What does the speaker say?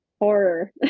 horror